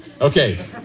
okay